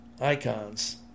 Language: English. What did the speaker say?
icons